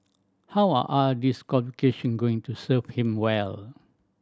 how are all these qualification going to serve him well